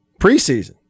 preseason